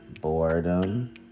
boredom